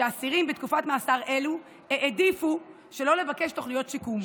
שאסירים בתקופות מאסר אלו העדיפו שלא לבקש תוכניות שיקום.